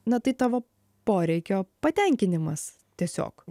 na tai tavo poreikio patenkinimas tiesiog